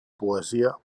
poesia